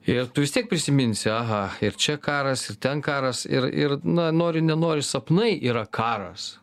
ir tu vis tiek prisiminsi aha ir čia karas ir ten karas ir ir na nori nenori sapnai yra karas